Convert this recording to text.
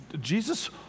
Jesus